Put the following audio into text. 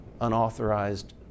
unauthorized